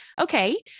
Okay